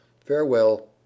Farewell